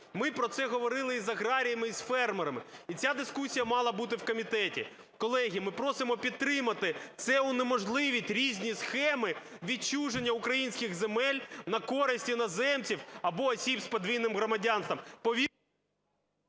Ми про це говорили і з аграріями, і з фермерами, і ця дискусія мала бути в комітеті. Колеги, ми просимо підтримати, це унеможливить різні схеми відчуження українських земель на користь іноземців або осіб з подвійним громадянством…